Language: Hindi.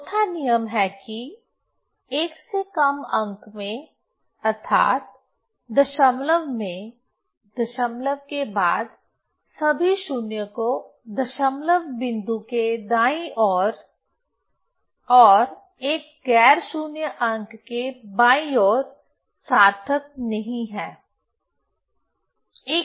चौथा नियम है कि एक से कम अंक में अर्थात दशमलव में दशमलव के बाद सभी शून्य को दशमलव बिंदु के दाईं ओर और एक गैर शून्य अंक के बाईं ओर सार्थक नहीं है